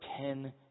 ten